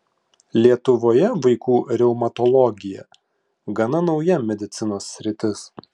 lietuvoje vaikų reumatologija gana nauja medicinos sritis